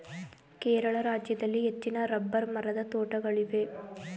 ಕೇರಳ ರಾಜ್ಯದಲ್ಲಿ ಹೆಚ್ಚಿನ ರಬ್ಬರ್ ಮರದ ತೋಟಗಳಿವೆ